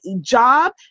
job